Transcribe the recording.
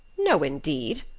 no, indeed!